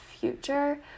future